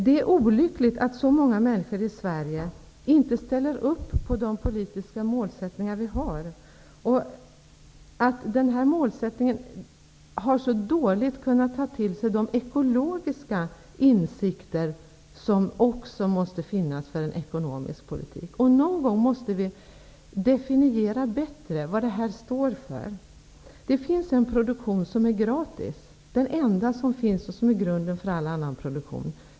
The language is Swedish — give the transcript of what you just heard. Det är olyckligt att så många människor i Sverige inte ställer upp på de politiska mål vi har och att man vid målsättningen så dåligt har kunnat ta till sig de ekologiska insikter som också måste finnas i en ekonomisk politik. Någon gång måste vi definiera bättre vad detta står för. Det finns en produktion som är gratis. Det är den enda som finns och den är grunden för all annan produktion.